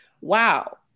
wow